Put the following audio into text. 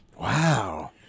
wow